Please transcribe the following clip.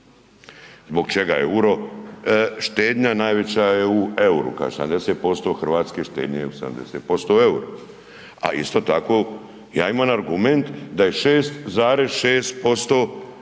zbog čega EUR-o, štednja najveća je u EUR-u, kaže 70% hrvatske štednje je u 70% u EUR-u, a isto tako ja imam argument da je 6,6%